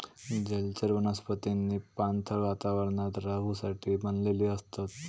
जलचर वनस्पतींनी पाणथळ वातावरणात रहूसाठी बनलेली असतत